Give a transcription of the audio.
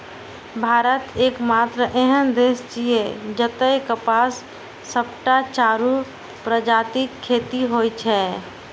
भारत एकमात्र एहन देश छियै, जतय कपासक सबटा चारू प्रजातिक खेती होइ छै